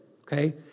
okay